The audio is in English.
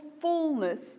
fullness